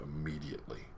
immediately